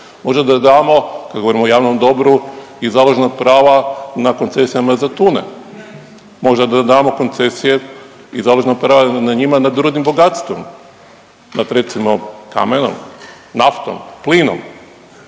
Možda da damo kad govorimo o javnom dobru i založnog prava na koncesijama za tune. Možda da damo koncesije i založeno pravo nad njima nad rudnim bogatstvom nad recimo kamenom, naftom, plinom.